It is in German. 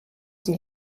die